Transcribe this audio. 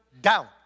down